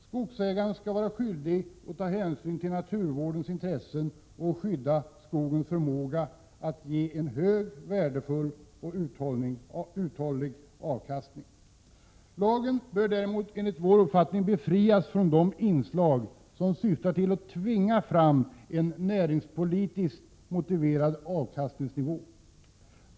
Skogsägaren skall vara skyldig att ta hänsyn till naturvårdens intressen och skydda skogens förmåga att ge en hög, värdefull och uthållig avkastning. Lagen bör däremot, enligt vår uppfattning, befrias från de inslag som syftar till att tvinga fram en näringspolitiskt motiverad avkastningsnivå.